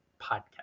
podcast